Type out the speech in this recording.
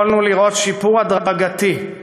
יכולנו לראות שיפור הדרגתי,